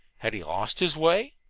had he lost his way?